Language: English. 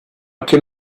can